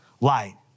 light